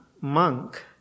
monk